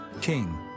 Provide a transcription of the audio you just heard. king